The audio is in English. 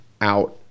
out